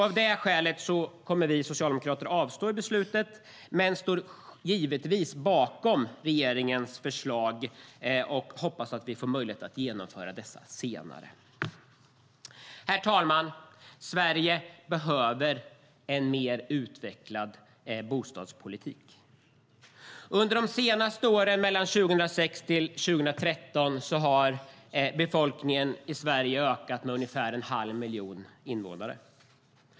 Av det skälet kommer vi socialdemokrater att avstå från att delta i beslutet men står givetvis bakom regeringens förslag och hoppas att vi får möjlighet att genomföra dessa senare. Fru talman! Sverige behöver en mer utvecklad bostadspolitik. Under de senaste åren 2006-2013 har befolkningen i Sverige ökat med ungefär en halv miljon invånare.